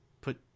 put